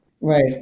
Right